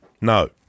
No